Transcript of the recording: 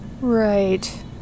Right